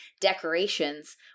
decorations